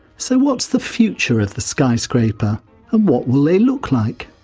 so what's the future of the skyscraper and what will they look like?